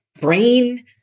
brain